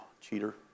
cheater